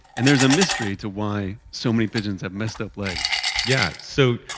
and there's a mystery to why so many pigeons have messed up legs yeah. so,